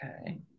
Okay